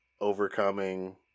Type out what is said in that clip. overcoming